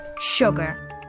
Sugar